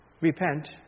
Repent